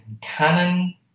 Canon